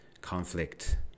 conflict